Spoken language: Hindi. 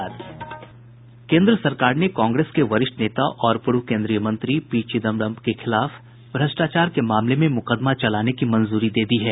केन्द्र सरकार ने कांग्रेस के वरिष्ठ नेता और पूर्व केन्दीय मंत्री पी चिदंबरम के खिलाफ भ्रष्टाचार के मामले में मुकदमा चलाने की मंजूरी दे दी है